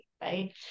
right